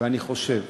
ואני חושב